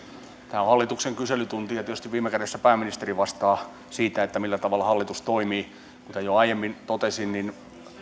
tämä on hallituksen kyselytunti ja tietysti viime kädessä pääministeri vastaa siitä millä tavalla hallitus toimii kuten jo aiemmin totesin